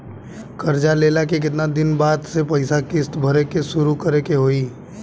कर्जा लेला के केतना दिन बाद से पैसा किश्त भरे के शुरू करे के होई?